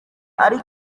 ariko